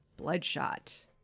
bloodshot